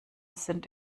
sind